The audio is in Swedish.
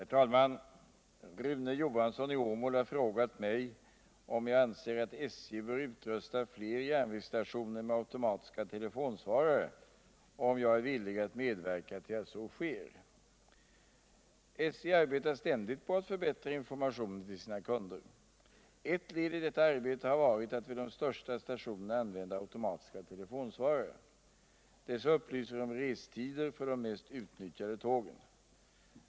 473. och anförde: Herr talman! Rune Johansson i Å mål har frågat mig om jag anser att SJ bör utrusta Åer järn vägsstationer med automatiska telefonsvarare och om jag är villig att medverka till att så sker. SJ arbetar ständigt på att förbättra informationen vill sina kunder. Ett led i detta arbete har varit att vid de största stationerna använda automatiska telefonsvarare. Dessa upplyser om restider för de mest utnyttjade tågen.